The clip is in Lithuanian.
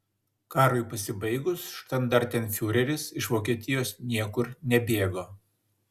karui pasibaigus štandartenfiureris iš vokietijos niekur nebėgo